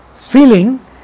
feeling